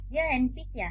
यह एनपी क्या है